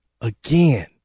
again